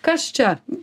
kas čia